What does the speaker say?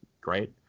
great